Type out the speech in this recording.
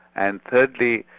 and thirdly,